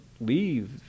leave